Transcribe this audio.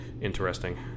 interesting